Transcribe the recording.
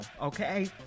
okay